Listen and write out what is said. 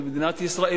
במדינת ישראל,